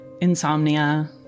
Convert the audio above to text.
insomnia